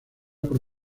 por